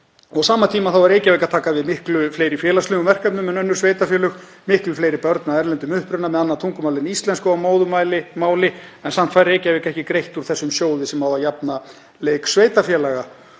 Á sama tíma tekur Reykjavík við miklu fleiri félagslegum verkefnum en önnur sveitarfélög; þar eru miklu fleiri börn af erlendum uppruna með annað tungumál en íslensku að móðurmáli, en samt fær Reykjavík ekki greitt úr þessum sjóði sem á að jafna leik sveitarfélaga.